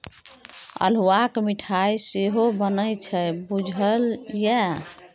अल्हुआक मिठाई सेहो बनैत छै बुझल ये?